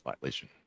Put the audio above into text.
violation